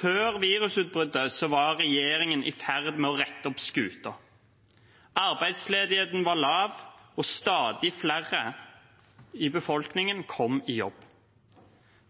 Før virusutbruddet var regjeringen i ferd med å rette opp skuten. Arbeidsledigheten var lav, og stadig flere i befolkningen kom i jobb.